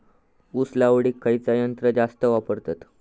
ऊस लावडीक खयचा यंत्र जास्त वापरतत?